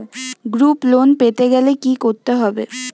Group loan পেতে গেলে কি করতে হবে?